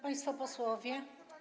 Państwo Posłowie!